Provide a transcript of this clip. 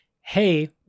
Hey